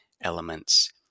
elements